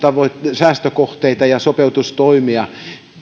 säästökohteita ja sopeutustoimia